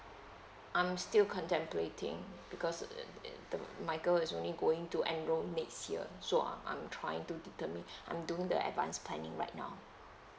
I'm still contemplating because err err the my girl is only going to enroll next year so uh I'm trying to determine I'm doing the advanced planning right now